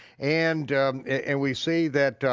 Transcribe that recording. and and we see that,